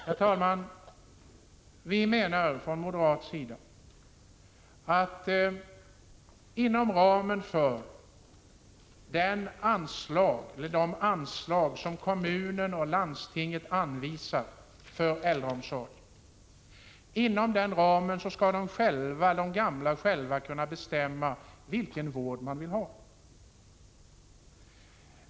Herr talman! Vi moderater menar att inom ramen för de anslag som kommuner och landsting anvisar för äldreomsorgen skall de gamla själva kunna bestämma vilken vård de vill ha.